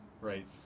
Right